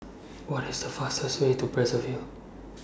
What IS The fastest Way to Brazzaville